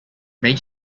make